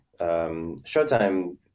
Showtime